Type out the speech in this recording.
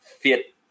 fit